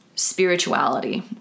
spirituality